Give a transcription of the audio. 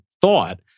thought